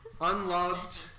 Unloved